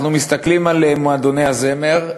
אנחנו מסתכלים על מועדוני הזמר,